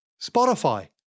Spotify